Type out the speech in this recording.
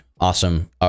awesome